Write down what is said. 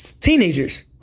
teenagers